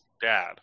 dad